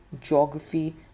geography